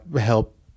help